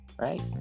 Right